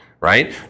right